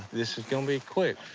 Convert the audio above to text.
this is gonna be quick.